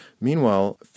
Meanwhile